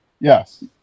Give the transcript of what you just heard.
Yes